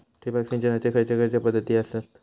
ठिबक सिंचनाचे खैयचे खैयचे पध्दती आसत?